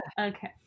okay